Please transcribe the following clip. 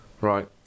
right